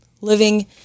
living